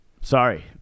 sorry